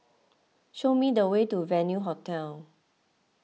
show me the way to Venue Hotel